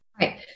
Right